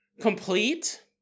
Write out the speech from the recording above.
complete